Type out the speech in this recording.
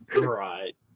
Right